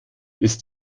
ist